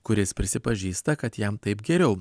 kuris prisipažįsta kad jam taip geriau